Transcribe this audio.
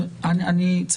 ברור.